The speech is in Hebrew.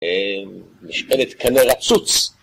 אממ, משענת קנה רצוץ